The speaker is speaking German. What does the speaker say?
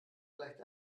gleicht